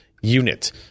unit